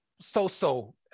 so-so